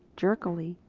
jerkily,